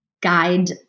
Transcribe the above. guide